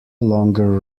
longer